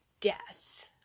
death